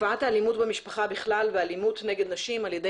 תופעת האלימות במשפחה בכלל ואלימות נגד נשים על ידי